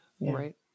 right